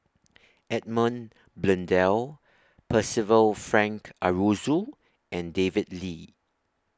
Edmund Blundell Percival Frank Aroozoo and David Lee